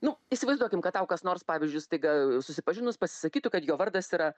nu įsivaizduokim kad tau kas nors pavyzdžiui staiga susipažinus pasisakytų kad jo vardas yra